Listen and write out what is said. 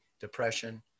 depression